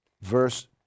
verse